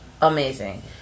amazing